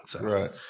Right